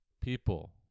People